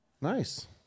nice